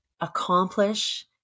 accomplish